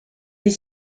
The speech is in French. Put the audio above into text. est